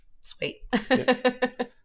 sweet